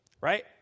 Right